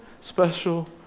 special